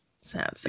sad